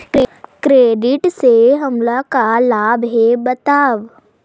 Credit से हमला का लाभ हे बतावव?